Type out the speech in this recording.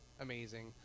amazing